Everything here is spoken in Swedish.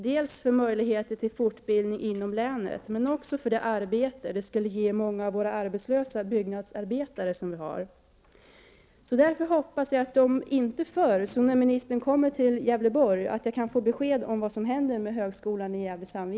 Dels skulle det ge möjligheter till fortbildning inom länet, dels skulle det ge många av våra arbetslösa byggnadsarbetare arbete. Jag hoppas därför att jag om inte förr så i alla fall när ministern kommer till Gävleborg kan få besked om vad som händer med högskolan i